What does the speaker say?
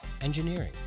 engineering